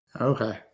Okay